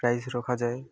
prize ରଖାଯାଏ